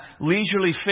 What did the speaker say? leisurely